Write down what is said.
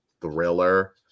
thriller